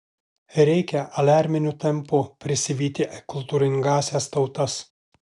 reikia aliarminiu tempu prisivyti kultūringąsias tautas